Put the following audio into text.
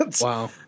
Wow